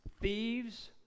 thieves